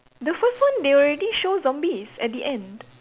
the first one they already show zombies at the end